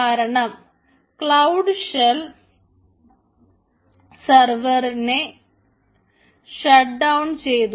കാരണം cloud shell സെർവറിനെ shut down ചെയ്തു